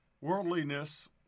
Worldliness